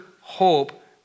hope